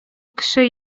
кеше